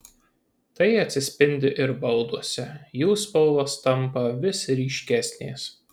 tai atsispindi ir balduose jų spalvos tampa vis ryškesnės